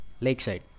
Lakeside